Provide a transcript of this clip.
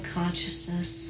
consciousness